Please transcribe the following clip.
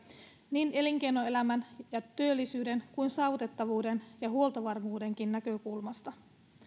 niin elinkeinoelämän ja työllisyyden kuin saavutettavuuden ja huoltovarmuudenkin näkökulmasta